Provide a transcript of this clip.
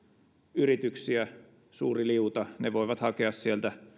yrityksiä suuri liuta ne voivat hakea sieltä